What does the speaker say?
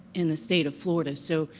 in the state of florida. so,